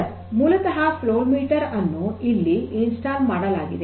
sir ಮೂಲತಃ flow meter ಅನ್ನು ಇಲ್ಲಿ ಸ್ಥಾಪಿಸಲಾಗಿದೆ